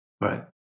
Right